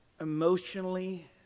emotionally